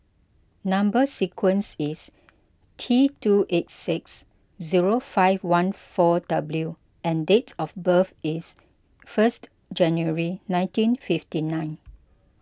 Number Sequence is T two eight six zero five one four W and date of birth is first January nineteen fifty nine